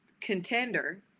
contender